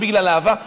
לא בגלל אהבה,